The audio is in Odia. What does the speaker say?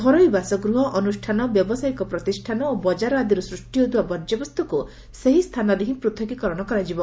ଘରୋଇ ବାସଗୃହ ଅନୁଷ୍ଠାନ ବ୍ୟବସାୟିକ ପ୍ରତିଷାନ ଓ ବଜାର ଆଦିରୁ ସୃଷି ହେଉଥିବା ବର୍ଜ୍ୟବସ୍ତୁକୁ ସେହି ସ୍ଚାନରେ ହି ପୂଥକୀକରଣ କରାଯିବ